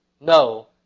No